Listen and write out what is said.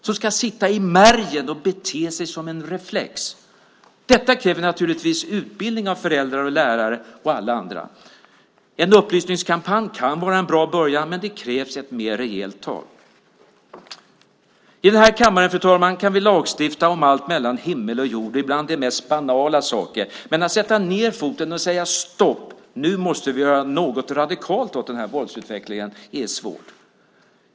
Det ska sitta i märgen som en reflex. Detta kräver naturligtvis utbildning av föräldrar, lärare och alla andra. En upplysningskampanj kan vara en bra början, men det krävs ett mer rejält tag. Fru talman! I den här kammaren kan vi lagstifta om allt mellan himmel och jord och ibland om de mest banala saker. Men det är svårt att sätta ned foten och säga: Stopp, nu måste vi göra något radikalt åt den här våldsutvecklingen.